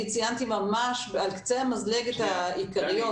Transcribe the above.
אני ציינתי ממש על קצה המזלג את העיקריות